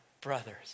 brothers